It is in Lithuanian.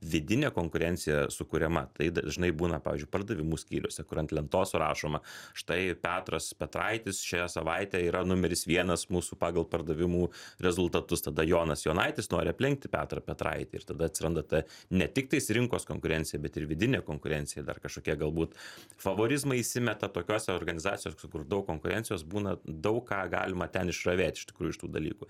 vidinė konkurencija sukuriama tai dažnai būna pavyzdžiui pardavimų skyriuose kur ant lentos rašoma štai petras petraitis šią savaitę yra numeris vienas mūsų pagal pardavimų rezultatus tada jonas jonaitis nori aplenkti petrą petraitį ir tada atsiranda ta ne tiktais rinkos konkurencija bet ir vidinė konkurencija dar kažkokie galbūt favoritizmai įsimeta tokiose organizacijose kur daug konkurencijos būna daug ką galima ten išravėt iš tikrųjų iš tų dalykų